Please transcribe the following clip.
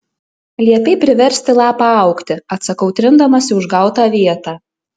liepei priversti lapą augti atsakau trindamasi užgautą vietą